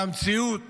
והמציאות